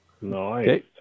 Nice